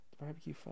Barbecue